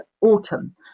autumn